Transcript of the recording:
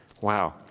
Wow